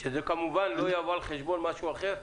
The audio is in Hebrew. שזה כמובן לא יבוא על חשבון משהו אחר?